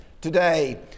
today